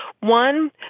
One